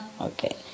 Okay